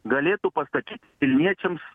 galėtų pastatyt vilniečiams